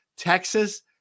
Texas